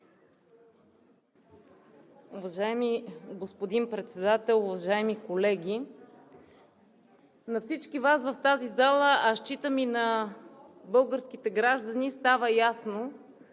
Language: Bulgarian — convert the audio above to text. Уважаеми господин Председател, уважаеми колеги! На всички Вас в тази зала, а считам и на българските граждани, става ясно,